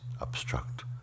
obstruct